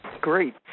Great